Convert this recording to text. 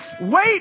Wait